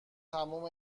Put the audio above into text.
تموم